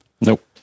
Nope